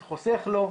זה חוסך לו,